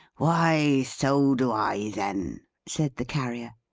why so do i then, said the carrier.